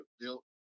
built